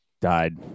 died